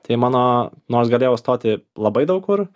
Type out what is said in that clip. tai mano nors galėjau stoti labai daug kur